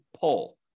pull